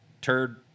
turd